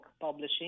publishing